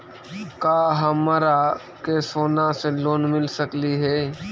का हमरा के सोना से लोन मिल सकली हे?